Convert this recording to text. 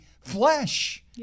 flesh